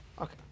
Okay